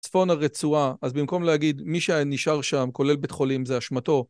צפון הרצועה, אז במקום להגיד מי שנשאר שם, כולל בית חולים, זה אשמתו